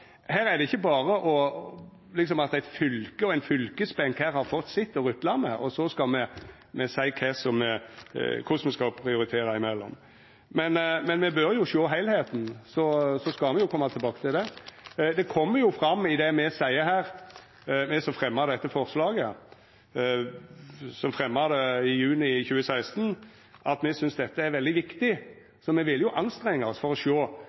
det ikkje berre at eit fylke og ein fylkesbenk liksom har fått sitt å rutla med, og så skal me seia korleis me skal prioritera imellom, men me bør sjå heilskapen, og så skal me koma tilbake til det. Det kjem fram i det me seier her, me som fremja dette forslaget i juni 2016, at me synest dette er veldig viktig, så me vil anstrenga oss for å sjå